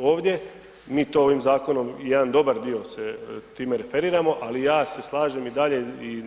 Ovdje mi to ovim zakonom jedan dobar dio se time referiramo, ali ja se slažem i dalje i